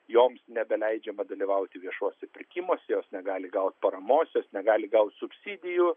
joms nebeleidžiama dalyvauti viešuosiuose pirkimuose jos negali gaut paramos jos negali gaut subsidijų